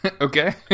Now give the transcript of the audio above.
okay